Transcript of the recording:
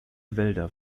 wälder